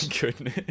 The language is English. goodness